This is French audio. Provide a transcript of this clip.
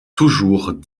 toujours